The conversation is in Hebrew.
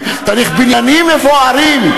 צריך בניינים מפוארים.